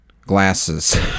glasses